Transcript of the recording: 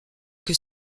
que